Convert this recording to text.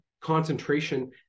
concentration